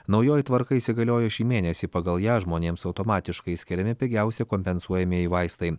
naujoji tvarka įsigaliojo šį mėnesį pagal ją žmonėms automatiškai skiriami pigiausi kompensuojamieji vaistai